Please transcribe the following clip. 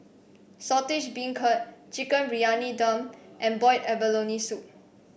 Saltish Beancurd Chicken Briyani Dum and Boiled Abalone Soup